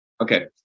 Okay